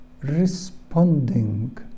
responding